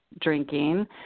drinking